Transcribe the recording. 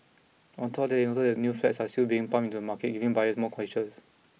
on top of that they noted that new flats are still being pumped into the market giving buyers more choices